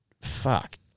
Fuck